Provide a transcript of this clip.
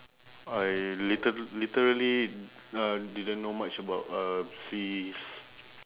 I lite~ literally uh didn't know much about uh seas